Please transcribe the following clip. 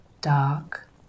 dark